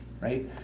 right